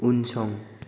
उनसं